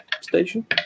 station